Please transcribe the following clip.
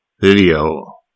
video